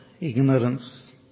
ignorance